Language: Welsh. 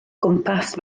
gwmpas